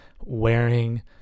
wearing